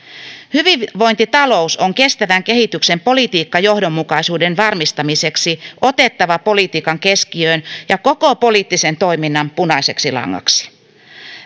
hyvinvointitalous on kestävän kehityksen politiikkajohdonmukaisuuden varmistamiseksi otettava politiikan keskiöön ja koko poliittisen toiminnan punaiseksi langaksi